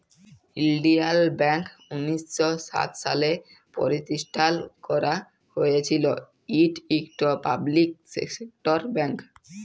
ইলডিয়াল ব্যাংক উনিশ শ সাত সালে পরতিষ্ঠাল ক্যারা হঁইয়েছিল, ইট ইকট পাবলিক সেক্টর ব্যাংক